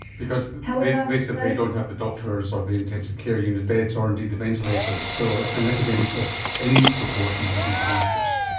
because and they simply don't have the doctors or the intensive care unit beds or indeed the ventilators, so an epidemic of any proportions would be disastrous.